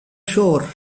shore